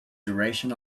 duration